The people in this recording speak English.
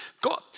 God